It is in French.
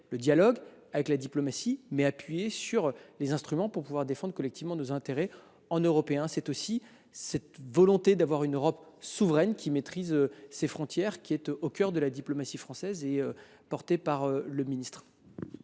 le dialogue, la diplomatie. Il s’agit simplement d’avoir les instruments nécessaires pour défendre collectivement nos intérêts, en Européens. C’est aussi cette volonté d’avoir une Europe souveraine, maîtrisant ses frontières, qui est au cœur de la diplomatie française portée par le ministre.